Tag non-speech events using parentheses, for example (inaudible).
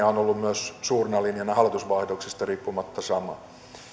(unintelligible) on ollut suurena linjana myös hallituksenvaihdoksista riippumatta sama